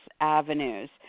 avenues